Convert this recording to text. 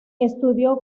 estudió